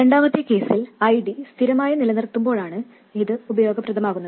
രണ്ടാമത്തെ കേസിൽ ID സ്ഥിരമായി നിലനിർത്തുമ്പോളാണ് ഇത് ഉപയോഗപ്രദമാകുന്നത്